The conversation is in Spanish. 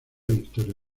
victoria